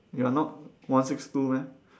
you are not one six two meh